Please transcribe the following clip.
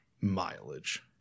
Mileage